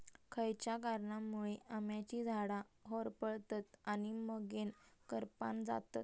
खयच्या कारणांमुळे आम्याची झाडा होरपळतत आणि मगेन करपान जातत?